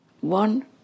one